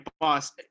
boss